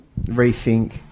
rethink